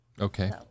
okay